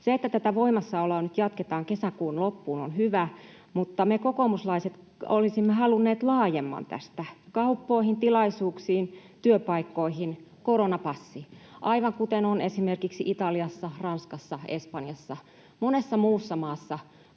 Se, että tätä voimassaoloa nyt jatketaan kesäkuun loppuun, on hyvä, mutta me kokoomuslaiset olisimme halunneet tästä laajemman: kauppoihin, tilaisuuksiin, työpaikoille koronapassi, aivan kuten on esimerkiksi Italiassa, Ranskassa, Espanjassa, monessa muussa maassa